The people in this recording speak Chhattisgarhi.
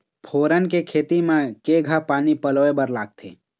फोरन के खेती म केघा पानी पलोए बर लागथे?